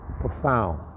profound